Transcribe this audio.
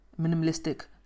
minimalistic